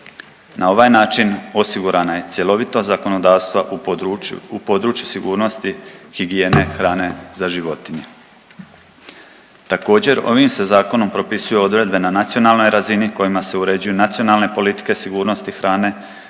Na ovaj način osigurana je cjelovitost zakonodavstva u području, u području sigurnosti higijene hrane za životinje. Također ovim se zakonom propisuju odredbe na nacionalnoj razini kojima se uređuju nacionalne politike sigurnosti hrane